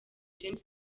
james